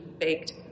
baked